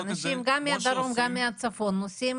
אנשים גם מהדרום וגם מהצפון נוסעים